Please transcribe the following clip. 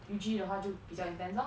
U_G 的话就比较 intense lor